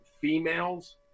females